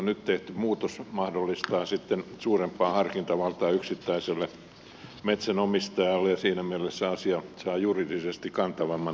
nyt tehty muutos mahdollistaa suurempaa harkintavaltaa yksittäiselle metsänomistajalle ja siinä mielessä asia saa juridisesti kantavamman